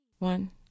One